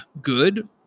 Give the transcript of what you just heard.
good